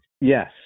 Yes